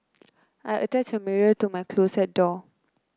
I attached a mirror to my closet door